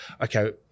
okay